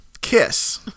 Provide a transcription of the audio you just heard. Kiss